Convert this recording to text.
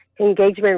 engagement